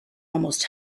almost